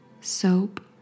soap